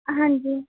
ਹਾਂਜੀ